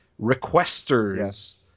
requesters